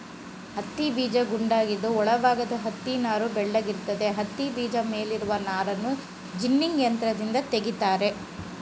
ಹತ್ತಿಬೀಜ ಗುಂಡಾಗಿದ್ದು ಒಳ ಭಾಗದ ಹತ್ತಿನಾರು ಬೆಳ್ಳಗಿರ್ತದೆ ಹತ್ತಿಬೀಜ ಮೇಲಿರುವ ನಾರನ್ನು ಜಿನ್ನಿಂಗ್ ಯಂತ್ರದಿಂದ ತೆಗಿತಾರೆ